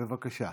בבקשה.